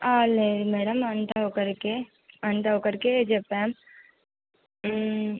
లేదు మేడం అంతా ఒకరికే అంతా ఒకరికే చెప్పాము